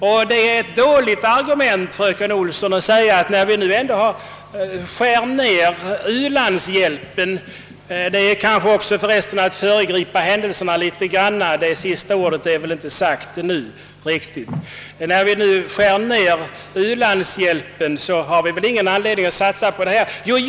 Och det är ett dåligt argument, fröken Olsson — förutom att det innebär ett föregripande av händelserna, eftersom sista ordet inte är sagt än — att hävda att när vi nu ändå skär ned ulandshjälpen, så har vi inte anledning att satsa på denna skola.